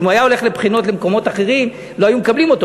אם הוא היה הולך לבחינות למקומות אחרים לא היו מקבלים אותו,